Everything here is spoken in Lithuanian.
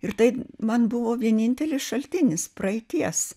ir tai man buvo vienintelis šaltinis praeities